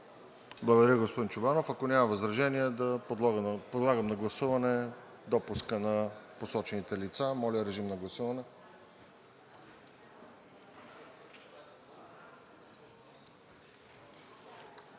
Благодаря, господин Чобанов. Ако няма възражения, подлагам на гласуване допуска на посочените лица. Гласували